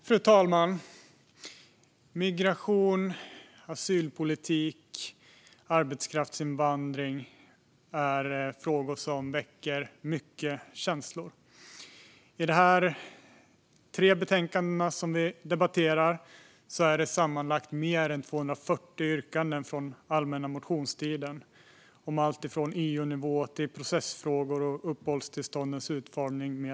Fru talman! Migration, asylpolitik och arbetskraftsinvandring är frågor som väcker mycket känslor. I de tre betänkanden som vi nu debatterar behandlas sammanlagt mer än 240 yrkanden från allmänna motionstiden, om alltifrån EU-nivå till processfrågor och uppehållstillståndens utformning.